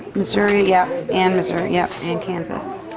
missouri. yep. and missouri, yep. and kansas.